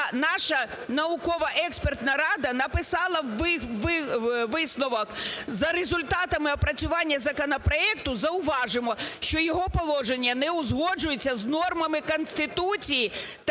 наша науково-експертна рада написала висновок: "За результатами опрацювання законопроекту зауважуємо, що його положення не узгоджуються з нормами Конституції